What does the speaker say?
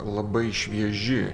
labai švieži